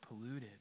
polluted